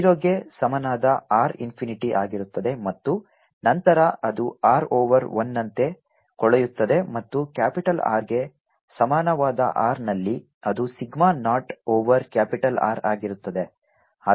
ಆದ್ದರಿಂದ 0 ಗೆ ಸಮನಾದ r ಇನ್ಫಿನಿಟಿ ಆಗಿರುತ್ತದೆ ಮತ್ತು ನಂತರ ಅದು R ಓವರ್ 1 ನಂತೆ ಕೊಳೆಯುತ್ತದೆ ಮತ್ತು ಕ್ಯಾಪಿಟಲ್ R ಗೆ ಸಮಾನವಾದ R ನಲ್ಲಿ ಅದು sigma naught over capital R ಆಗಿರುತ್ತದೆ